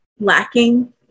lacking